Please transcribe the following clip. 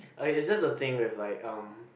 okay it's just the thing with like um